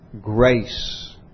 grace